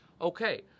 Okay